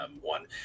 one